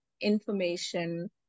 information